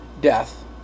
death